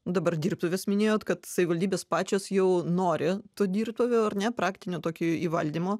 dabar dirbtuves minėjot kad savivaldybės pačios jau nori tų dirbtuvių ar ne praktinio tokio įvaldymo